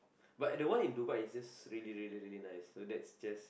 but I don't why in Dubai its just really really really nice so thats just